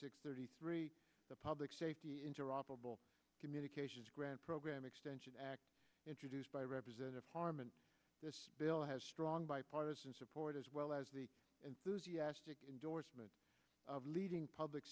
six thirty three the public safety interoperable communications grant program extension act introduced by representative harman this bill has strong bipartisan support as well as the enthusiastic endorsement of leading public